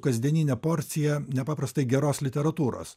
kasdieninė porcija nepaprastai geros literatūros